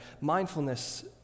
mindfulness